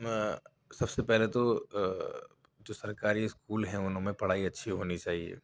سب سے پہلے تو جو سرکاری اسکول ہیں اُن میں پڑھائی اچھی ہونی چاہیے